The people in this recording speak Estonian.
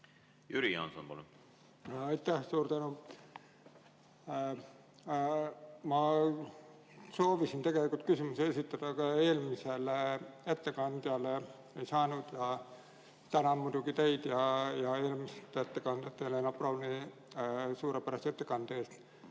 Jüri Jaanson, palun! Aitäh, suur tänu! Ma soovisin tegelikult küsimuse esitada ka eelmisele ettekandjale, aga ei saanud. Tänan muidugi teid ja eelmist ettekandjat Helena Brauni suurepärase ettekande eest.